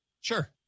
Sure